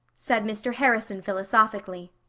said mr. harrison philosophically.